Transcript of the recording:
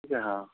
है हाँ